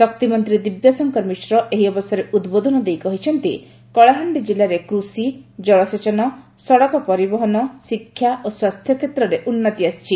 ଶକ୍ତିମନ୍ତୀ ଦିବ୍ୟଶଙ୍କର ମିଶ୍ର ଏହି ଅବସରରେ ଉଦ୍ବୋଧନ ଦେଇ କହିଛନ୍ତି ଯେ କଳାହାଣ୍ଡି କିଲ୍ଲାରେ କୃଷି କଳସେଚନ ସଡକ ପରିବହନ ଶିକ୍ଷା ଓ ସ୍ୱାସ୍ସ୍ୟକ୍ଷେତ୍ରରେ ଉନ୍ନତି ଆସିଛି